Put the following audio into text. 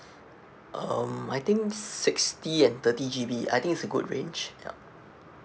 um I think sixty and thirty G_B I think it's a good range yup